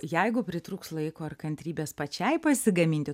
jeigu pritrūks laiko ar kantrybės pačiai pasigaminti